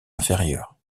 inférieur